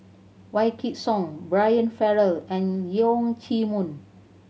Wykidd Song Brian Farrell and Leong Chee Mun